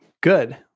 Good